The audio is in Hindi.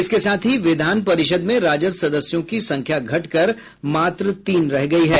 इसके साथ ही विधान परिषद् में राजद सदस्यों की संख्या घटकर मात्र तीन रह गयी है